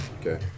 okay